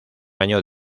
año